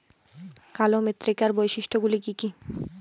কালো মৃত্তিকার বৈশিষ্ট্য গুলি কি কি?